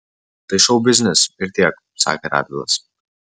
tai šou biznis ir tiek sakė radvilas